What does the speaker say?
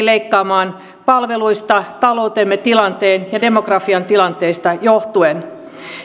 leikkaamaan palveluista taloutemme tilanteesta ja demokratian tilanteesta johtuen